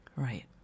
Right